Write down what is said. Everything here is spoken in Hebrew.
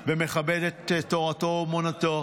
ומכבד את תורתו אומנותו